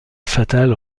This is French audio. fatale